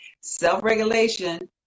Self-regulation